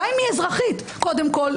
גם אם היא אזרחית קודם כול,